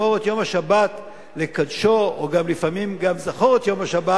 "שמור את יום השבת לקדשו" או גם "זכור את יום השבת"